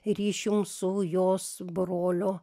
ryšium su jos brolio